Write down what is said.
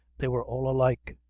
they were all alike,